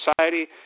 society